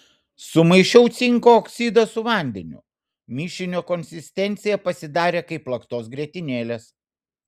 sumaišiau cinko oksidą su vandeniu mišinio konsistencija pasidarė kaip plaktos grietinėlės